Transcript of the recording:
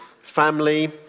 family